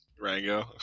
Rango